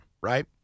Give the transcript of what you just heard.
right